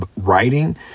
writing